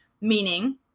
Meaning